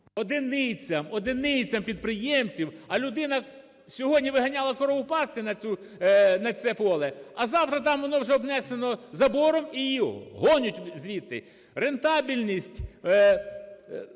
Одиницям, одиницям підприємців, а людина сьогодні виганяла корову пасти на цю… на це поле, а завтра там воно вже обнесено забором і… Гонять звідти. Рентабельність